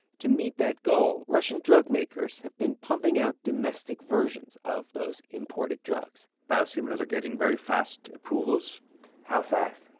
to meet that goal, russian drug makers have been pumping out domestic versions of those imported drugs biosimilars are getting very fast approvals how fast?